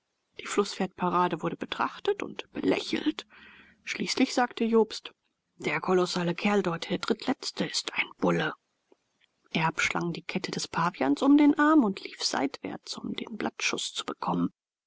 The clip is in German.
die flußpferdparade wurde betrachtet und belächelt schließlich sagte jobst der kolossale kerl dort der drittletzte ist ein bulle erb schlang die kette des pavians um den arm und lief seitwärts um den blattschuß zu bekommen